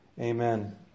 Amen